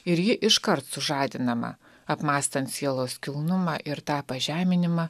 ir ji iškart sužadinama apmąstant sielos kilnumą ir tą pažeminimą